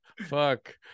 fuck